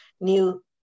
new